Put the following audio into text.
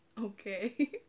Okay